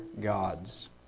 Gods